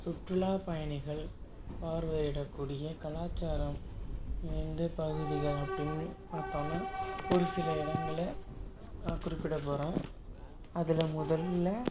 சுற்றுலா பயணிகள் பார்வையிட கூடிய கலாச்சாரம் எந்த பகுதிகள் அப்படின்னு பார்த்தோம்னா ஒரு சில இடங்கள்ல நான் குறிப்பிட போகிறேன் அதில் முதல்ல